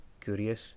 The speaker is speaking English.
curious